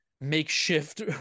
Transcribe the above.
makeshift